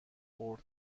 خورد